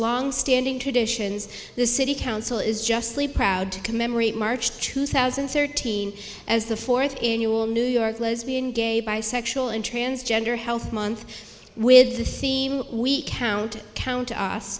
longstanding traditions the city council is justly proud to commemorate march two thousand and thirteen as the fourth annual new york lesbian gay bisexual and transgender health month with the theme week count count